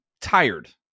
tired